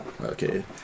okay